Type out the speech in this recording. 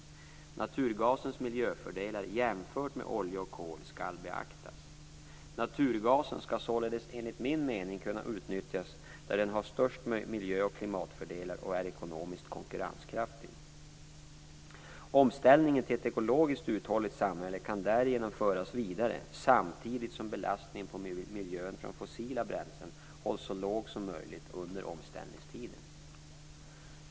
Naturgasens miljöfördelar jämfört med olja och kol skall beaktas. Naturgasen skall således enligt min mening kunna utnyttjas där den har störst miljö och klimatfördelar och är ekonomiskt konkurrenskraftig. Omställningen till ett ekologiskt uthålligt samhälle kan därigenom föras vidare samtidigt som belastningen på miljön från fossila bränslen hålls så låg som möjligt under omställningstiden.